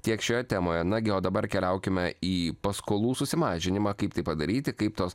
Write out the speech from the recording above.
tiek šioje temoje nagi o dabar keliaukime į paskolų susimažinimą kaip tai padaryti kaip tuos